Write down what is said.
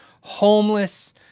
homeless